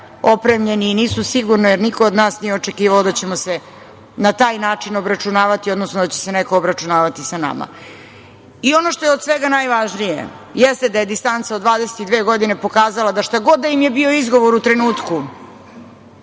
opremljeni, nisu sigurno jer niko od nas nije očekivao da ćemo se na taj način obračunavati, odnosno da će se neko obračunavati sa nama.I ono što je od svega najvažnije jeste da je distanca od 22 godine pokazala da šta god da im je bio izgovor u trenutku